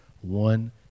one